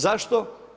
Zašto?